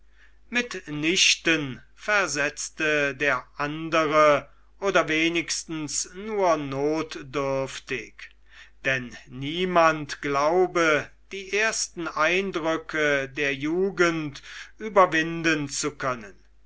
mitnichten versetzte der andere oder wenigstens nur notdürftig denn niemand glaube die ersten eindrücke der jugend überwinden zu können